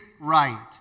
right